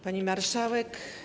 Pani Marszałek!